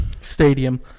stadium